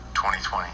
2020